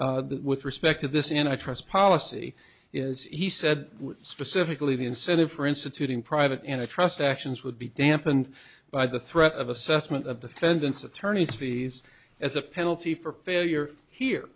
with respect to this in a trust policy is he said specifically the incentive for instituting private and i trust actions would be dampened by the threat of assessment of defendants attorneys fees as a penalty for failure here